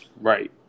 Right